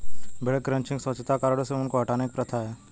भेड़ क्रचिंग स्वच्छता कारणों से ऊन को हटाने की प्रथा है